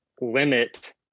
limit